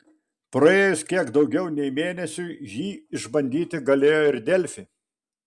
praėjus kiek daugiau nei mėnesiui jį išbandyti galėjo ir delfi